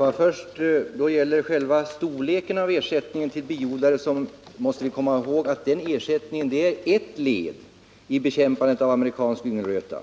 Herr talman! När det gäller själva storleken av ersättningen till biodlare måste vi komma ihåg att den ersättningen bara är ett led i bekämpandet av amerikansk yngelröta.